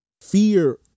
Fear